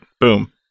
Boom